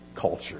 culture